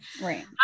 Right